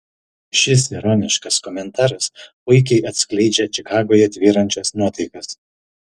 šis ironiškas komentaras puikiai atskleidžia čikagoje tvyrančias nuotaikas